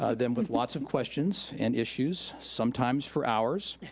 ah then, with lots of questions and issues, sometimes for hours.